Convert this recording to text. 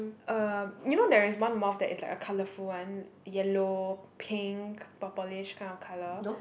um you know there is one moth that is like a colorful one yellow pink purplish kind of colour